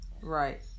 right